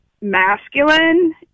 masculine